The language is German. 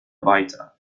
weiter